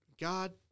God